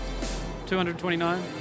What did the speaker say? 229